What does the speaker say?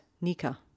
Nika